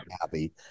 happy